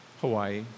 Hawaii